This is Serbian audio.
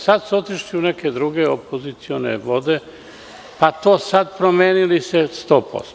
Sada su otišli u neke druge opozicone vode, pa su se promenili 100%